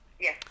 Yes